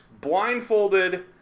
blindfolded